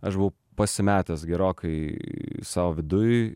aš buvau pasimetęs gerokai sau viduj